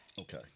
Okay